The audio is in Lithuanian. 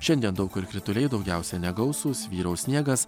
šiandien daug kur krituliai daugiausia negausūs vyraus sniegas